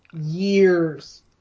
years